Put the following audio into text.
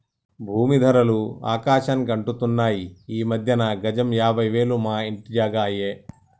భూమీ ధరలు ఆకాశానికి అంటుతున్నాయి ఈ మధ్యన గజం యాభై వేలు మా ఇంటి జాగా అయ్యే